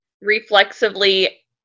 reflexively